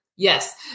Yes